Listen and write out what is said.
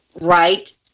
Right